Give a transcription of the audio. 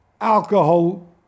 alcohol